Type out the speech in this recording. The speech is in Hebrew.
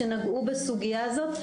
שנגעו בסוגייה הזאת,